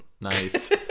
Nice